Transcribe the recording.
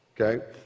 okay